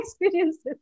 experiences